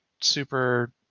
super